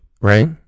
Right